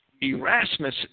Erasmus